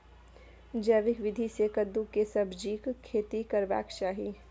जैविक विधी से कद्दु के सब्जीक खेती करबाक चाही?